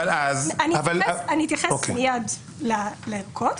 אבל אז --- אני אתייחס מיד לארכות.